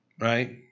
Right